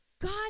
God